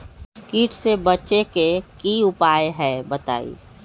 कीट से बचे के की उपाय हैं बताई?